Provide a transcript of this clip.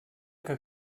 que